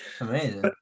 amazing